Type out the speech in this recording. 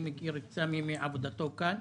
אני מכיר את סמי מעבודתו כאן,